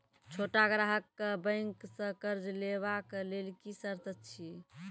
छोट ग्राहक कअ बैंक सऽ कर्ज लेवाक लेल की सर्त अछि?